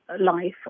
life